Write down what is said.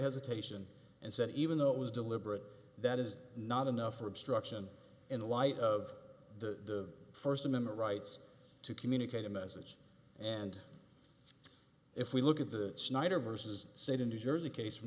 hesitation and said even though it was deliberate that is not enough for obstruction in light of the first amendment rights to communicate a message and if we look at the snyder vs say to new jersey case